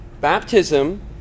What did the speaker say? Baptism